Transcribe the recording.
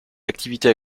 activités